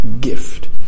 gift